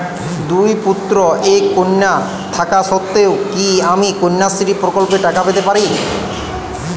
দুই পুত্র এক কন্যা থাকা সত্ত্বেও কি আমি কন্যাশ্রী প্রকল্পে টাকা পেতে পারি?